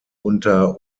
unter